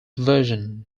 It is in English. version